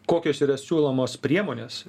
kokios yra siūlomos priemonės